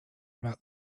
about